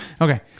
Okay